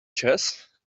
chess